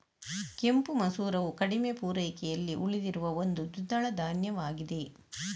ಕೆಂಪು ಮಸೂರವು ಕಡಿಮೆ ಪೂರೈಕೆಯಲ್ಲಿ ಉಳಿದಿರುವ ಒಂದು ದ್ವಿದಳ ಧಾನ್ಯವಾಗಿದೆ